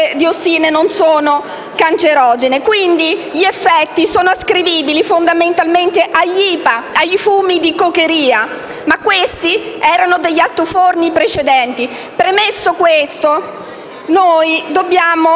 diossine non sono cancerogene. Quindi, gli effetti sono ascrivibili fondamentalmente agli IPA, ai fumi di cokeria, ma questi venivano dagli altiforni precedenti. Premesso questo, dobbiamo